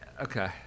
okay